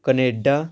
Canada